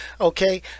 okay